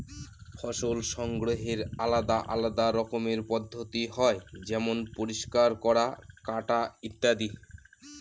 ফসল সংগ্রহের আলাদা আলদা রকমের পদ্ধতি হয় যেমন পরিষ্কার করা, কাটা ইত্যাদি